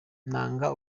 nanga